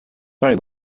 very